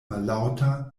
mallaŭta